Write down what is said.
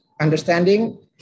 understanding